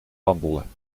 wandelen